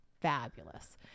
fabulous